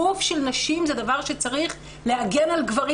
גוף של נשים זה דבר שצריך להגן על גברים